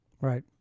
Right